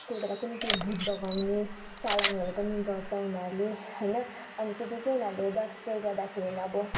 त्यो बेला कुनि के भूत भगाउने चलनहरू पनि गर्छ उनीहरूले होइन अनि त्यतिकै उनीहरूले दसैँ गर्दाखेरि अब